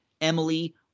Emily